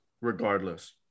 regardless